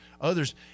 others